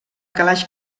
calaix